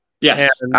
Yes